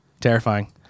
terrifying